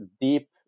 deep